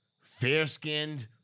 fair-skinned